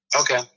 Okay